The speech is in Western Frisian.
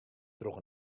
troch